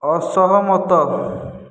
ଅସହମତ